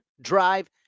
drive